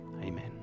amen